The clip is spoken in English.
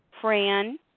Fran